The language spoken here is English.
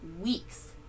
weeks